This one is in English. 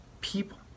people